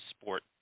sport